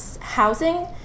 housing